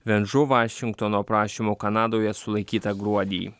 ven žu vašingtono prašymu kanadoje sulaikyta gruodį